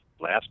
last